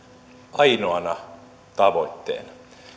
ainoana tavoitteena